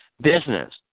Business